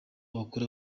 wakora